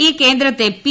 ഈ കേന്ദ്രത്തെ പി